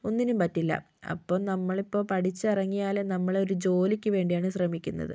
ഒന്നിനും പറ്റില്ല അപ്പോൾ നമ്മളിപ്പോൾ പഠിച്ചിറങ്ങിയാല് നമ്മൾ ഒരു ജോലിക്ക് വേണ്ടിയാണ് ശ്രമിക്കുന്നത്